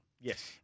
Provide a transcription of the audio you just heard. Yes